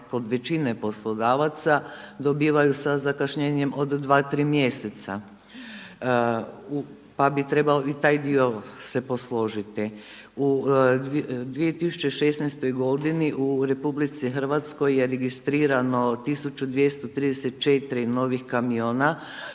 kod većine poslodavaca dobivaju sa zakašnjenjem od dva, tri mjeseca pa bi trebalo i taj dio se posložiti. U 2016. godini u RH je registrirano 1234 novih kamiona